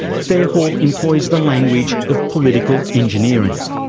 fairhall employs the language of political engineering,